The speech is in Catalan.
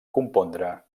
compondre